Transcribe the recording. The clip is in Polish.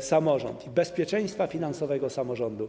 samorząd, o bezpieczeństwo finansowe samorządu.